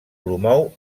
promou